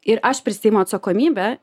ir aš prisiimu atsakomybę